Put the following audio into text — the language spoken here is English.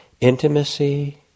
Intimacy